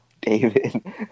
David